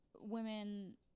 women